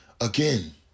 again